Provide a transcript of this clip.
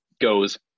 goes